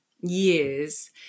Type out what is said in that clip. years